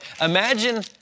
Imagine